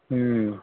हं